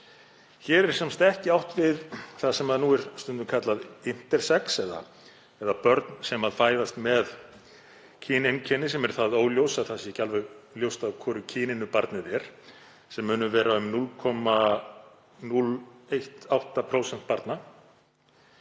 Hér er sem sagt ekki átt við það sem nú er stundum kallað intersex eða börn sem fæðast með kyneinkenni sem eru það óljós að ekki er alveg ljóst af hvoru kyninu barnið er, sem munu vera um 0,018% barna.